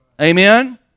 Amen